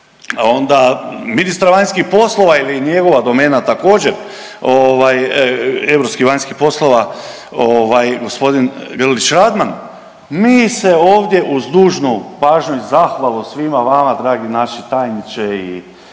onda ministar vanjskih poslova ili njegova domena također europskih i vanjskih poslova gospodin Grlić Radman mi se ovdje uz dužnu pažnju i zahvalu svima vama dragi naši tajniče i